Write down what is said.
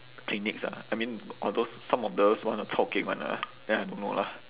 clinics ah I mean or those some of those want to chao geng [one] ah then I don't know lah